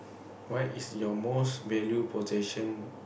what is your most value possession